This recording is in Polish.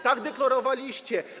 Tak deklarowaliście.